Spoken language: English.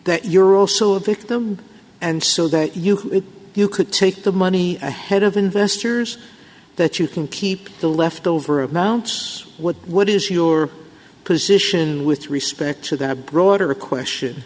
that you're also a victim and so that you can you could take the money ahead of investors that you can keep the left over of mounts what what is your position with respect to that broader question